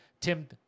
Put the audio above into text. Tim